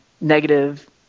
negative